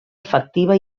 efectiva